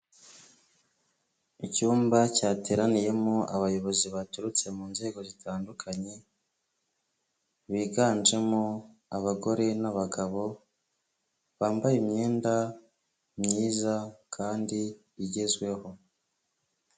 Icyumba cyateraniyemo abayobozi baturutse mu nzego zitandukanye, biganjemo abagore n'abagabo, bambaye imyenda myiza kandi igezweho.